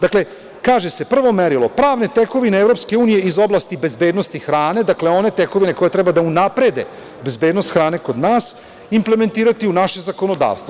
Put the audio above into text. Dakle, kaže se, prvo merilo, pravne tekovine EU iz oblasti bezbednosti hrane, dakle, one tekovine koje treba da unaprede bezbednost hrane kod nas, implementirati u naše zakonodavstvo.